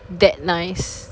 that nice